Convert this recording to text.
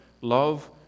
love